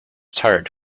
tired